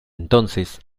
entonces